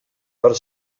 per